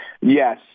Yes